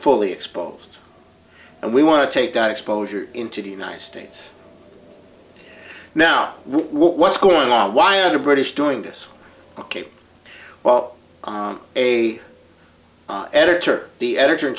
fully exposed and we want to take that exposure into the united states now what's going on why are the british doing this ok well a editor the editor